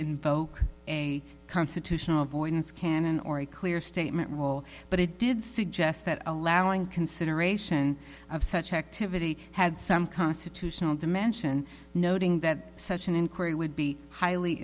invoke a constitutional avoidance canon or a clear statement will but it did suggest that allowing consideration of such activity had some constitutional dimension noting that such an inquiry would be highly